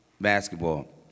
basketball